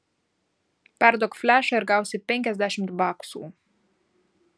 perduok flešą ir gausi penkiasdešimt baksų